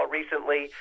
recently